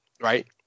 right